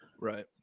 Right